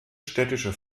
städtische